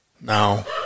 now